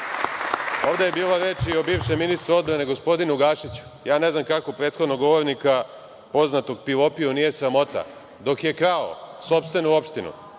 je bilo reči i o bivšem ministru odbrane, gospodinu Gašiću. Ne znam kako prethodnog govornika, poznatog pivopiju nije sramota dok je krao sopstvenu opštinu,